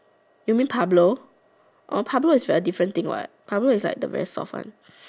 you mean Pablo orh Pablo is a different thing what Pablo is the very soft one